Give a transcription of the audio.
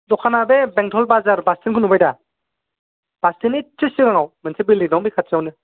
दखाना बे बेंटल बाजार बासस्टेन्दखौ नुबायदा बास स्टेन्दनि एसे सिगाङाव मोनसे बिलदिं दं बे खाथियावनो